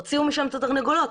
הוציאו משם את התרנגולות,